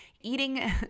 eating